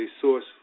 source